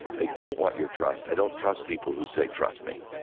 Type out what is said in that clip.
i don't want your trust. i don't trust people who say trust me.